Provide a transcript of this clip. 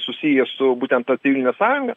susiję su būtent ta civiline sąjunga